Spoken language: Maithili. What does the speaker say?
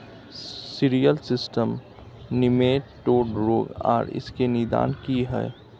सिरियल सिस्टम निमेटोड रोग आर इसके निदान की हय?